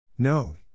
No